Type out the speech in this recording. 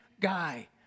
guy